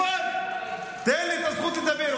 תשכח מזה.